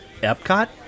Epcot